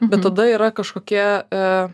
bet tada yra kažkokie